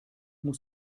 muss